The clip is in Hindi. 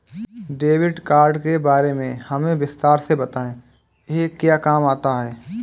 डेबिट कार्ड के बारे में हमें विस्तार से बताएं यह क्या काम आता है?